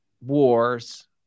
wars